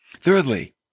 Thirdly